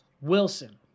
Wilson